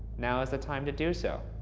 now is the time to do so.